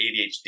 ADHD